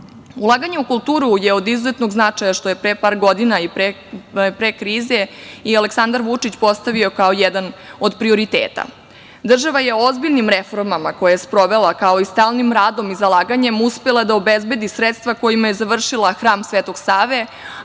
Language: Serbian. nastalaUlaganje u kulturu je od izuzetnog značaja, što je pre par godina i pre krize i Aleksandar Vučić postavio kao jedan od prioriteta. Država je ozbiljnim reformama koje je sprovela, kao i stalnim radom i zalaganjem, uspela da obezbedi sredstva kojima je završila hram Svetog Save,